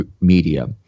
media